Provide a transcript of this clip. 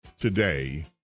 today